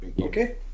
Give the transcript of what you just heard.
Okay